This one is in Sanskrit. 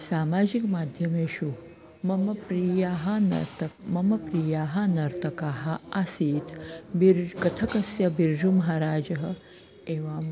सामाजिकमाध्यमेषु मम प्रियाः नर्तकः मम प्रियाः नर्तकाः आसीत् बिर्ज् कथकस्य बिर्जु महाराजः एवं